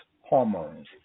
hormones